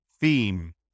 theme